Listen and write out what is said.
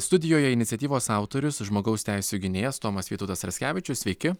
studijoje iniciatyvos autorius žmogaus teisių gynėjas tomas vytautas raskevičius sveiki